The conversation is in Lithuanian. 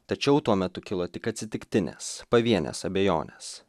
tačiau tuo metu kilo tik atsitiktinės pavienės abejonės